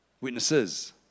Witnesses